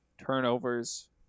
turnovers